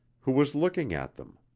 who was looking at them.